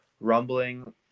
rumbling